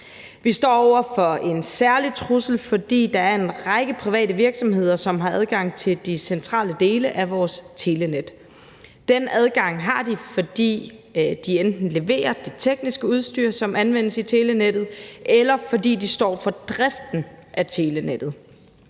Vi står over for en særlig trussel, fordi der er en række private virksomheder, som har adgang til de centrale dele af vores telenet. Den adgang har de, fordi de enten leverer det tekniske udstyr, som anvendes i telenettet, eller fordi de står for driften af telenettet.